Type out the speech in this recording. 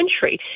country